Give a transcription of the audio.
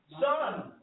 son